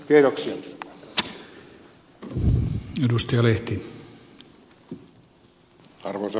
arvoisa herra puhemies